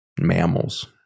mammals